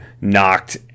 knocked